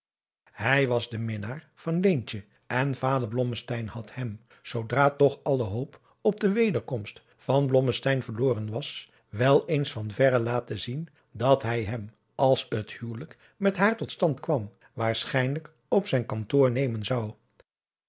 hij was de minnaar van leentje en vader blommesteyn had hem zoodra toch alle hoop op de wederkomst van blommesteyn verloren was wel eens van verre laten zien dat hij hem als het huwelijk met haar tot stand kwam waarschijnlijk op zijn kantoor nemen zou